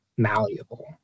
Malleable